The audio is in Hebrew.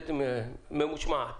עובדת ממושמעת